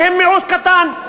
כי הם מיעוט קטן,